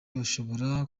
bashobora